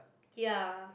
ya